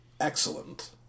excellent